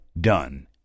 Done